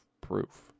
proof